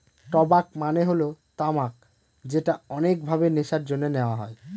টবাক মানে হল তামাক যেটা অনেক ভাবে নেশার জন্যে নেওয়া হয়